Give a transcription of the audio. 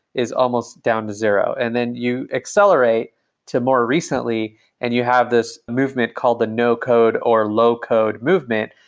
is almost down zero. and then you accelerate to more recently and you have this movement called the no code or low code movement,